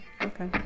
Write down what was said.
Okay